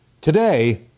Today